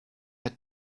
had